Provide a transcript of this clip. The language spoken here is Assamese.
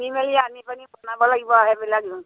কিনি মেলি আনি মেলি বনাব লাগিব আৰু সেইবিলাক